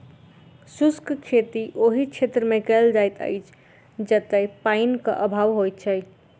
शुष्क खेती ओहि क्षेत्रमे कयल जाइत अछि जतय पाइनक अभाव होइत छै